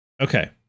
Okay